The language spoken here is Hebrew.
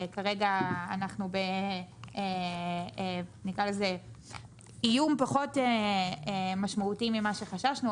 כרגע אנחנו באיום פחות משמעותי ממה שחששנו,